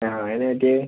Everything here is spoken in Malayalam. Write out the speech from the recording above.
ആ അതെന്നാ പറ്റിയത്